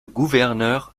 gouverneur